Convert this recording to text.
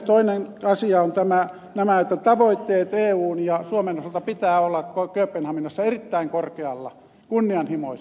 toinen asia on tämä että tavoitteiden eun ja suomen osalta pitää olla kööpenhaminassa erittäin korkealla kunnianhimoiset